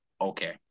okay